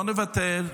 לא נוותר,